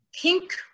pink